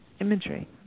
imagery